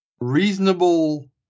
reasonable